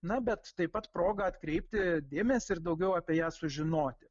na bet taip pat proga atkreipti dėmesį ir daugiau apie ją sužinoti